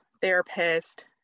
therapist